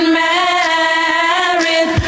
married